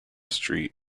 street